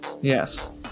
Yes